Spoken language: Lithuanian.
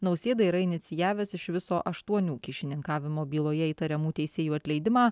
nausėda yra inicijavęs iš viso aštuonių kyšininkavimo byloje įtariamų teisėjų atleidimą